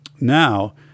Now